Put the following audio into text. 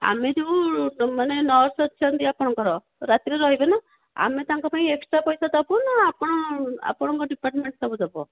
ଆମେ ଯେଉଁ ମାନେ ନର୍ସ୍ ଅଛନ୍ତି ଆପଣଙ୍କର ରାତିରେ ରହିବେନା ଆମେ ତାଙ୍କ ପାଇଁ ଏକ୍ସଟ୍ରା ପଇସା ଦେବୁ ନା ଆପଣ ଆପଣଙ୍କ ଡିପାର୍ଟ୍ମେଣ୍ଟ୍ ତାଙ୍କୁ ଦେବ